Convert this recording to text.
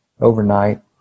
overnight